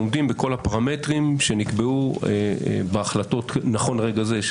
עומדים בכל הפרמטרים שנקבעו בהחלטות נכון לרגע זה,